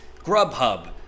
Grubhub